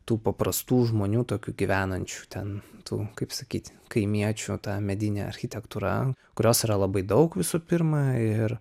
tų paprastų žmonių tokių gyvenančių ten tų kaip sakyt kaimiečių ta medinė architektūra kurios yra labai daug visų pirma ir